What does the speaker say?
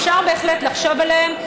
אפשר בהחלט לחשוב עליהם.